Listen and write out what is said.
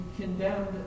condemned